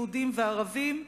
יהודים וערבים.